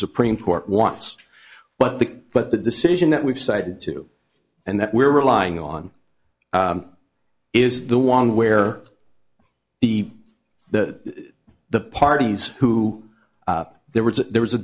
supreme court wants but the but the decision that we've cited to and that we're relying on is the one where the the the parties who there were there was a